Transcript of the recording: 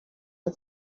are